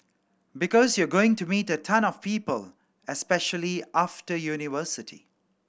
because you're going to meet a ton of people especially after university